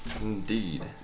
indeed